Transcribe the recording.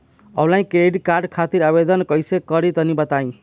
Offline credit card खातिर आवेदन कइसे करि तनि बताई?